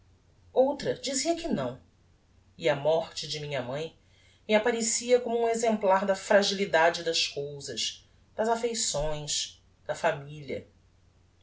outra dizia que não e a morte de minha mãe me apparecia como um exemplo da fragilidade das cousas das affeições da familia